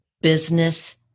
Business